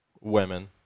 women